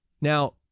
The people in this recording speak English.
Now